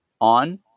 on